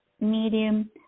medium